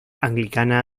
anglicana